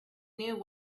knew